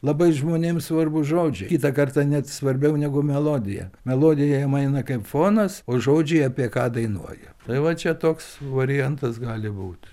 labai žmonėms svarbu žodžiai kitą kartą net svarbiau negu melodija melodija jiem eina kaip fonas o žodžiai apie ką dainuoja tai va čia toks variantas gali būt